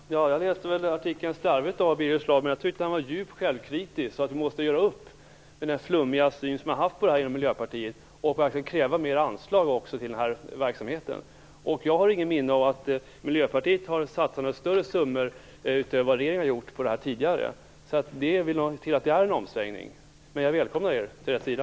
Herr talman! Jag läste väl artikeln av Birger Schlaug slarvigt då, men jag tyckte att han var djupt självkritisk. Han skrev att Miljöpartiet måste göra upp med den flummiga syn på detta som man inom partiet har haft och verkligen också kräva mer anslag till den här verksamheten. Jag har inget minne av att Miljöpartiet har satsat några större summor utöver vad regeringen har satsat på detta tidigare, så jag tror ändå att det rör sig om en omsvängning. Men jag välkomnar Miljöpartiet till rätt sida.